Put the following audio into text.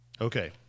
Okay